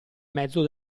mezzo